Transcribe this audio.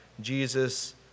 Jesus